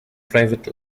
private